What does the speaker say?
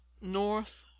north